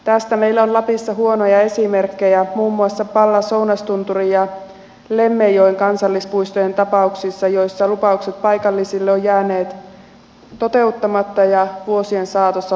tästä meillä on lapissa huonoja esimerkkejä muun muassa pallas ounastunturin ja lemmenjoen kansallispuistojen tapauksissa joissa lupaukset paikallisille ovat jääneet toteuttamatta ja vuosien saatossa lunastamatta